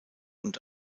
und